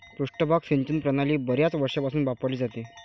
पृष्ठभाग सिंचन प्रणाली बर्याच वर्षांपासून वापरली जाते